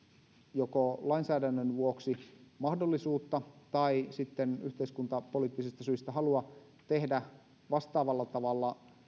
joko lainsäädännön vuoksi mahdollisuutta tai sitten yhteiskuntapoliittisista syistä halua tehdä vastaavalla tavalla